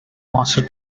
master